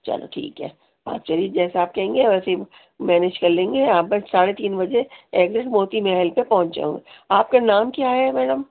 چلو ٹھیک ہے آپ چلیے جیسا آپ کہیں گے ویسے ہی مینیج کر لیں گے آپ بس ساڑھے تین بجے ایکزیٹ موتی محل پہ پہنچ جاؤں آپ کا نام کیا ہے میڈم